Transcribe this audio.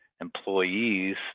employees